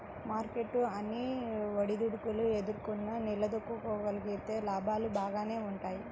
market ఎన్ని ఒడిదుడుకులు ఎదుర్కొన్నా నిలదొక్కుకోగలిగితే లాభాలు బాగానే వుంటయ్యి